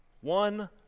One